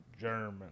German